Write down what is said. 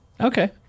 Okay